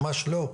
ממש לא.